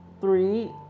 three